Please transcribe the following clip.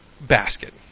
basket